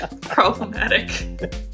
Problematic